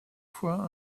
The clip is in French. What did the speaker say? fois